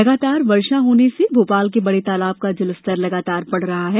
लगातार बारिश से भोपाल के बड़े तलाब का जलस्तर लगातार बढ़ रहा है